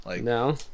No